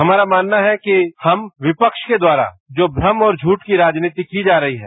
हमारा मानना है कि हम विपक्ष के द्वारा जो भ्रम और झुठ की राजनीति की जा रही है